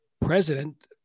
president